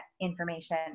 information